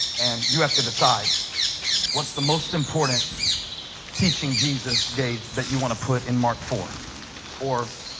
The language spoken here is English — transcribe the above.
and you have to decide what's the most important teaching jesus gave that you want to put in mark for or?